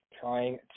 Trying